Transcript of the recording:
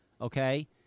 okay